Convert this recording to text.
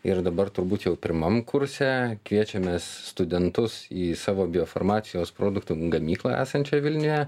ir dabar turbūt jau pirmam kurse kviečiamės studentus į savo biofarmacijos produktų gamyklą esančią vilniuje